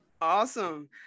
Awesome